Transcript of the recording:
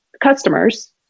customers